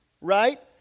Right